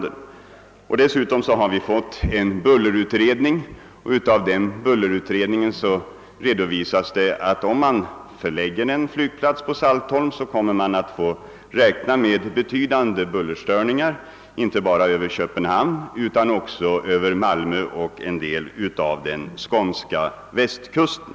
En bullerutredning är också klar och i denna framhålles, att om en flygplats förläggs till Saltholm måste man räkna med betydande bullerstörningar inte bara över Köpenhamn utan också över Malmö och en del av den skånska västkusten.